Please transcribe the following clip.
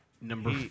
Number